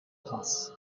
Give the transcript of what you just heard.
pass